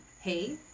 Hey